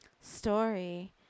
story